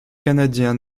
canadien